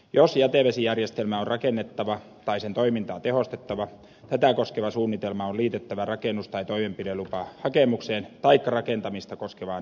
jos jätevesijärjestelmä on rakennettava tai sen toimintaa tehostettava tätä koskeva suunnitelma on liitettävä rakennus tai toimenpidelupahakemukseen taikka rakentamista koskevaan ilmoitukseen